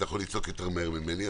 אתה יכול לצעוק מהר יותר ממני,